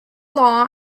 law